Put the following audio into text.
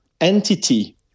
entity